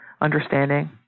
understanding